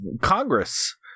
Congress